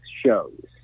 shows